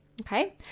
okay